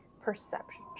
Perception